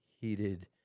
heated